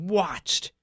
watched